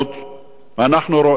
אנחנו רואים שיש כאן